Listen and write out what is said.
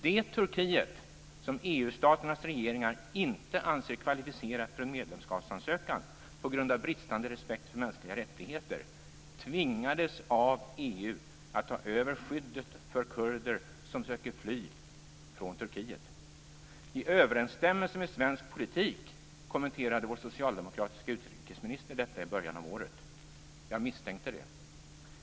Det Turkiet som EU-staternas regeringar inte anser kvalificerat för en medlemskapsansökan, på grund av landets bristande respekt för mänskliga rättigheter, tvingades av EU att ta över skyddet av kurder som försöker fly från Turkiet. Det är i överensstämmelse med svensk politik, kommenterade vår socialdemokratiske utrikesminister detta i början av året. Jag misstänkte det.